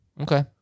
okay